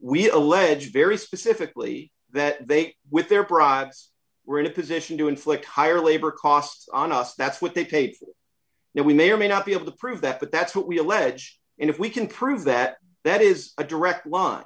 we allege very specifically that they with their bribes were in a position to inflict higher labor costs on us that's what they paid now we may or may not be able to prove that but that's what we allege and if we can prove that that is a direct